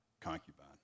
concubine